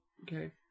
Okay